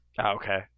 Okay